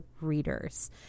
readers